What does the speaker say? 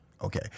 okay